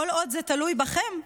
כל עוד זה תלוי בכם,